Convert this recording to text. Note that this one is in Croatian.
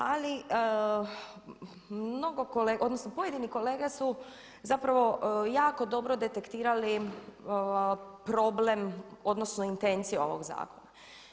Ali mnogo kolega, odnosno pojedini kolege su zapravo jako dobro detektirali problem, odnosno intencije ovog zakona.